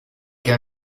che